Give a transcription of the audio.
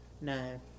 no